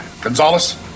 Gonzalez